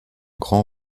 grand